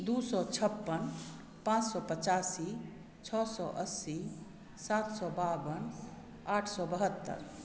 दू सए छप्पन पाँच सए पचासी छओ सए अस्सी सात सए बावन आठ सए बहत्तरि